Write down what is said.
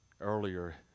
earlier